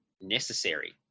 necessary